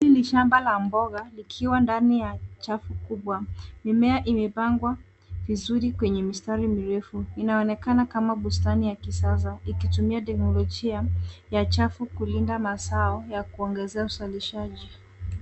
Hii ni shamba la mboga likiwa ndani ya chafu kubwa. Mimea imepangwa vizuri kwenye mistari mirefu. Inaonekana kama bustani ya kisasa ikitumia teknolojia ya chafu kulinda mazao ya kuongezea uzalishaji.